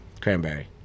Cranberry